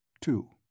Two